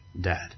Dad